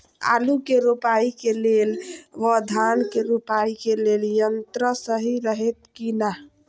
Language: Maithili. आलु के रोपाई के लेल व धान के रोपाई के लेल यन्त्र सहि रहैत कि ना?